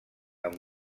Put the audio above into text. amb